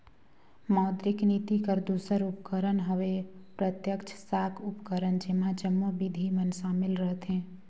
मौद्रिक नीति कर दूसर उपकरन हवे प्रत्यक्छ साख उपकरन जेम्हां जम्मो बिधि मन सामिल रहथें